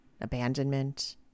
Abandonment